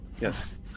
Yes